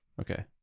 Okay